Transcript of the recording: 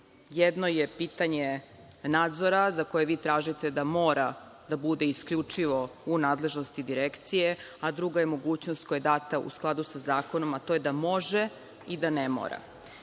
jedno je pitanje nadzora za koje vi tražite da mora da bude isključivo u nadležnosti Direkcije, a druga je mogućnost koja je data u skladu sa zakonom, a to je da može i da ne